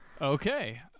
Okay